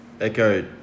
Echo